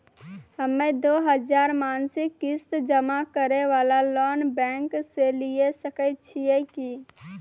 हम्मय दो हजार मासिक किस्त जमा करे वाला लोन बैंक से लिये सकय छियै की?